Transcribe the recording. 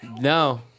No